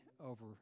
over